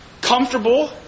comfortable